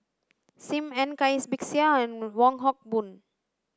Sim Ann Cai Bixia and Wong Hock Boon